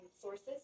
sources